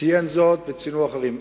ציין זאת, וציינו אחרים.